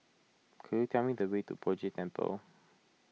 could you tell me the way to Poh Jay Temple